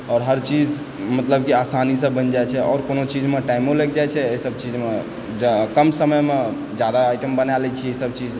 आओर हर चीज मतलब कि आसानीसँ बनि जाइ छै आओर कोनो चीजमे टाइमो लागि जाइ छै एहिसभ चीजमे कम समयमे जादा आइटम बना लैत छी सभ चीज